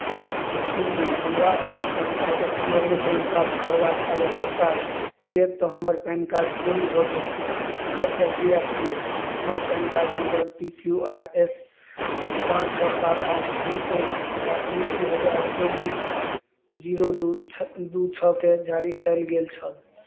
शुभ दिन हमरा अपन पैन कार्डक पुनर्मुद्रण प्राप्त करबाक आवश्यकता अछि किएक तऽ हमर पैन कार्ड चोरी भऽ गेल छल एकर प्रक्रिया की अछि हमर PAN card number P Q R S पाँच छओ सात आठ जी अछि आ ई दू हजार चौबीस जीरो दू छ् दू छओकेँ जारी कयल गेल छल